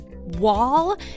wall